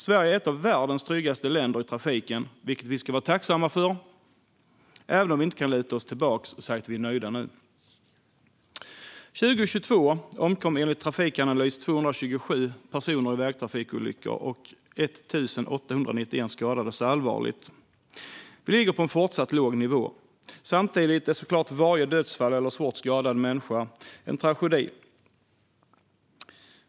Sverige är ett av världens tryggaste länder i trafiken, vilket vi ska vara tacksamma för även om vi inte kan luta oss tillbaka och säga att vi är nöjda nu. År 2022 omkom enligt Trafikanalys 227 personer i vägtrafikolyckor och 1 891 skadades allvarligt. Vi ligger på en fortsatt låg nivå. Samtidigt är självklart varje dödsfall eller svårt skadad människa en tragedi.